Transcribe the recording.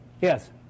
Yes